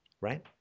right